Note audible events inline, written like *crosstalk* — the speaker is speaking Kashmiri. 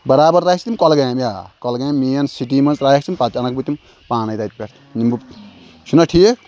بَرابَر ترٛایہِ *unintelligible* تِم کۄلگامہِ آ کۄلگامہِ مین سِٹی منٛز ترٛایَکھ ژٕ پَتہٕ اَنَکھ بہٕ تِم پانَے تَتہِ پٮ۪ٹھ یِم بہٕ چھُنَہ ٹھیٖک